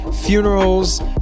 funerals